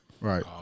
Right